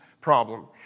problem